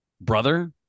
brother